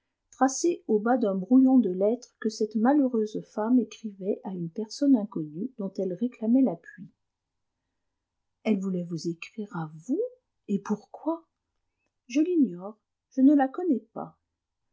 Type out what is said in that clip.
tracés au bas d'un brouillon de lettre que cette malheureuse femme écrivait à une personne inconnue dont elle réclamait l'appui elle voulait vous écrire à vous et pourquoi je l'ignore je ne la connais pas